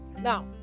Now